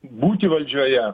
būti valdžioje